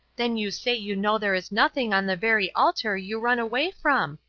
then you say you know there is nothing on the very altar you run away from.